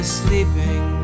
sleeping